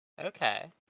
Okay